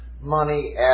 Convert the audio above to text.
money